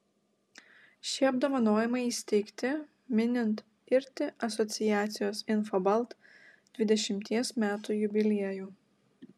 šie apdovanojimai įsteigti minint irti asociacijos infobalt dvidešimties metų jubiliejų